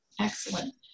Excellent